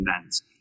events